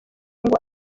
ngo